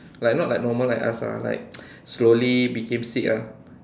like not normal like us ah like slowly became sick ah